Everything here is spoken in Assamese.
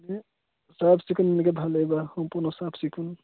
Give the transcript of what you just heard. এই চাফচিকুন এনেকৈ ভালেই বাৰু সম্পূৰ্ণ চাফচিকুন